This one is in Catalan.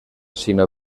sinó